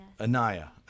Anaya